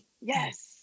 yes